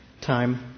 time